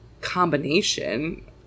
combination